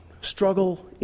struggle